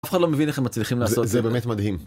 אף אחד לא מבין איך הם מצליחים לעשות, זה באמת מדהים.